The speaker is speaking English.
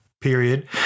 period